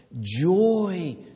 joy